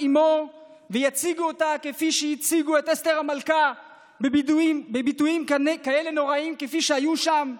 אימו ויציגו אותה כפי שהציגו את אסתר המלכה בביטויים הנוראיים שהיו שם?